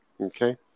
Okay